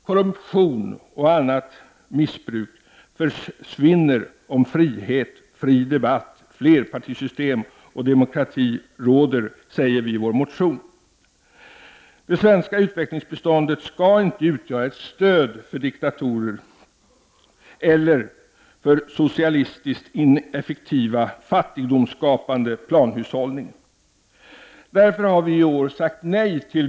Korruption och annat missbruk försvinner om frihet, fri debatt, flerpartisystem och demokrati råder, säger vi i vår motion. Det svenska utvecklingsbiståndet skall inte utgöra ett stöd för diktatorer eller för socialistiskt ineffektiv och fattigdomsskapande planhushållning.